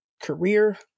career